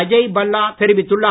அஜய் பல்லா தெரிவித்துள்ளார்